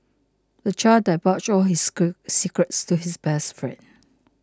the child divulged all his secrets to his best friend